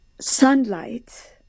sunlight